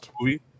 movie